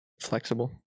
flexible